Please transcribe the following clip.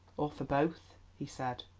or for both, he said.